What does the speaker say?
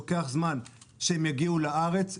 ולוקח זמן עד שהן מגיעות לארץ.